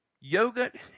Yogurt